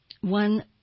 One